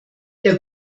der